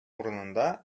урынында